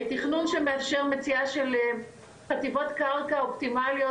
תכנון שמאשר מציאה של חטיבות קרקע אופטימליות